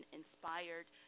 inspired